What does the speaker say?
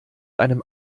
einem